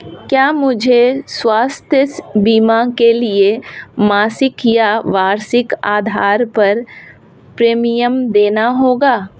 क्या मुझे स्वास्थ्य बीमा के लिए मासिक या वार्षिक आधार पर प्रीमियम देना होगा?